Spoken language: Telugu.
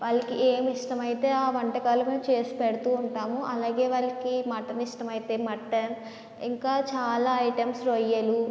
వాళ్ళకి ఏమి ఇష్టమైతే ఆ వంటకాలు మేము చేసి పెడుతూ ఉంటాము అలాగే వాళ్ళకి మటన్ ఇష్టమైతే మటన్ ఇంకా చాలా ఐటమ్స్ రొయ్యలు